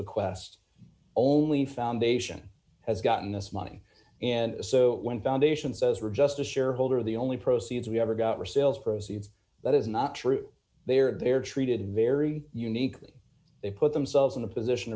bequests only foundation has gotten this money and so when foundations says we're just a shareholder the only proceeds we ever got resales proceeds that is not true they are they're treated very uniquely they put themselves in a position